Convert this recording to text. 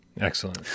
Excellent